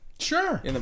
Sure